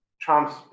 Trump's